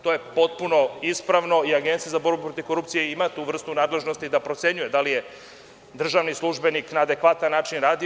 To je potpuno ispravno i Agencija za borbu protiv korupcije ima tu vrstu nadležnosti da procenjuje da li je državni službenik na adekvatan način radio.